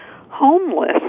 homeless